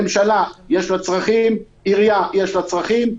לממשלה יש צרכים, לעירייה יש צרכים.